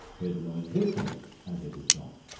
hear the noise this makes as it is dropped.